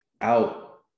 out